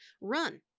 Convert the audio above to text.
run